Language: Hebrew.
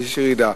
שיש ירידה.